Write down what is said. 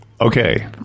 okay